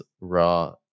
raw